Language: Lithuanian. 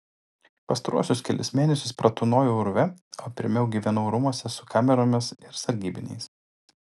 pastaruosius kelis mėnesius pratūnojau urve o pirmiau gyvenau rūmuose su kameromis ir sargybiniais